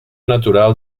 natural